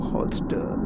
Holster